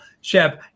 Chef